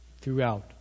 throughout